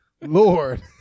Lord